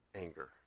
anger